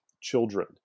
children